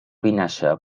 vinaixa